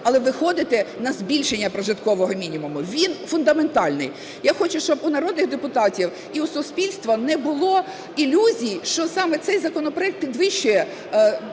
але виходити на збільшення прожиткового мінімуму. Він фундаментальний. Я хочу, щоб у народних депутатів і в суспільства не було ілюзій, що саме цей законопроект підвищує